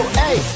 hey